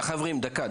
דקה, חברים, דקה.